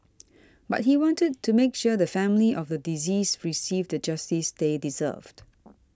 but he wanted to make sure the family of the deceased received the justice they deserved